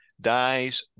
dies